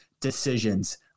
decisions